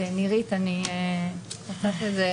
נירית, אני רוצה שזה